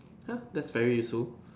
that's very useful